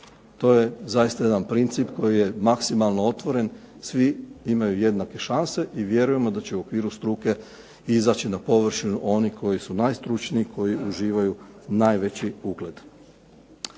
To je zaista jedan princip koji je maksimalno otvoren. Svi imaju jednake šanse i vjerujemo da će u okviru struke izaći na površinu oni koji su najstručniji, koji uživaju najveći ugled.